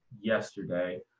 yesterday